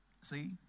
See